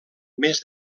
més